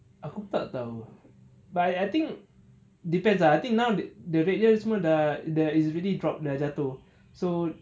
aku pun tak tahu but I I think depends lah I think now the the rate dia dah really drop dah jatuh so